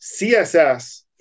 css